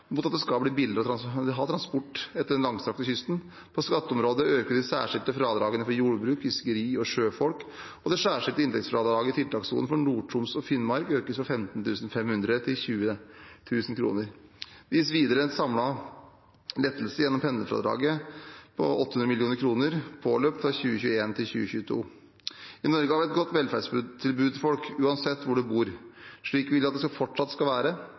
at det skal bli billigere med transport langs den langstrakte kysten. På skatteområdet øker vi de særskilte fradragene for jordbrukere, fiskere og sjøfolk, og det særskilte inntektsfradraget i tiltakssonen for Nord-Troms og Finnmark økes med 15 500 kr til 20 000 kr. Det gis videre en samlet lettelse gjennom pendlerfradraget på 800 mill. kr påløpt fra 2021 til 2022. I Norge har vi et godt velferdstilbud til folk, uansett hvor en bor. Slik vil vi at det fortsatt skal være.